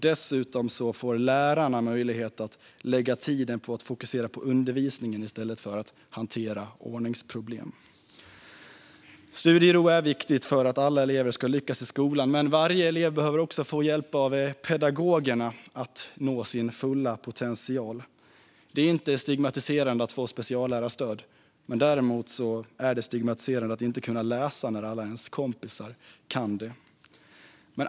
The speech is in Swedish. Dessutom får lärarna möjlighet att lägga tiden på att fokusera på undervisningen i stället för att hantera ordningsproblem. Studiero är viktigt för att alla elever ska lyckas i skolan, men varje elev behöver också få hjälp av pedagogerna för att nå sin fulla potential. Det är inte stigmatiserande att få speciallärarstöd. Däremot är det stigmatiserande att inte kunna läsa när alla ens kompisar kan det.